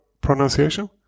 pronunciation